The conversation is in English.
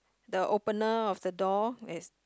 the opener of the door is